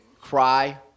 cry